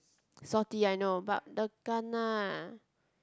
salty I know but the kana